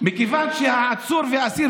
התירוץ גרוע מהודאה באשמה.) מכיוון שהעצור והאסיר,